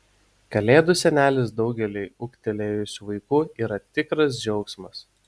kalėdų senelis daugeliui ūgtelėjusių vaikų yra tikras džiaugsmas